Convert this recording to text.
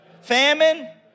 Famine